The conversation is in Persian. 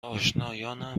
آشنایانم